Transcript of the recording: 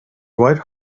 white